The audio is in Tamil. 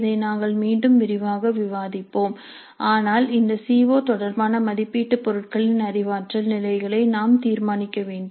இதை நாங்கள் மீண்டும் விரிவாக விவாதிப்போம் ஆனால் இந்த சி ஓ தொடர்பான மதிப்பீட்டு பொருட்களின் அறிவாற்றல் நிலைகளை நாம் தீர்மானிக்க வேண்டும்